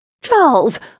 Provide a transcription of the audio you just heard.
Charles